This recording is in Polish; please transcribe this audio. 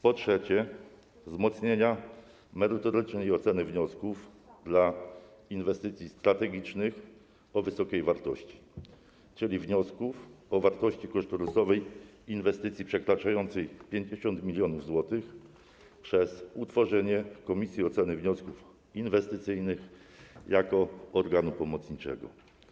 Po trzecie, zmiany dotyczą wzmocnienia merytorycznej oceny wniosków dla inwestycji strategicznych o wysokiej wartości, czyli wniosków o wartości kosztorysowej inwestycji przekraczającej 50 mln zł, przez utworzenie Komisji Oceny Wniosków Inwestycyjnych jako organu pomocniczego.